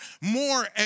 more